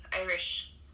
Irish